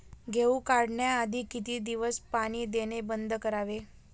गहू काढण्याआधी किती दिवस पाणी देणे बंद करावे?